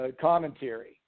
commentary